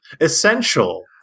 essential